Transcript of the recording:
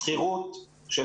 שכירות של